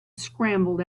scrambled